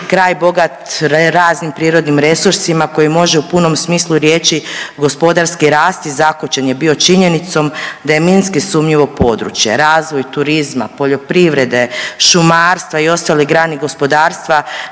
Kraj bogat raznim prirodnim resursima koji može u punom smislu riječi gospodarski rasti zakočen je bio činjenicom da je minski sumnjivo područje. Razvoj turizma, poljoprivrede, šumarstva i ostalih grana gospodarstva